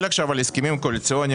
באמצע ההסתייגויות עכשיו.